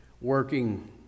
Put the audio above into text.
working